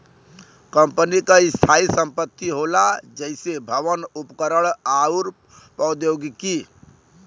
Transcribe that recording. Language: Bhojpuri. कंपनी क स्थायी संपत्ति होला जइसे भवन, उपकरण आउर प्रौद्योगिकी